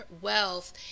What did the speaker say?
wealth